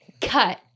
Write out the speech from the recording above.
cut